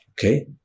okay